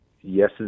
Yes